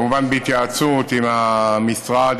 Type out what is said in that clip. כמובן בהתייעצות עם המשרד,